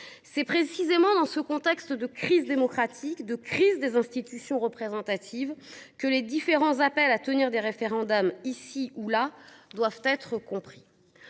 C’est précisément dans ce contexte de crise démocratique, de crise des institutions représentatives, que les différents appels à organiser, ici ou là, des référendums doivent être compris.